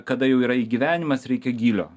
kada jau yra gyvenimas reikia gylio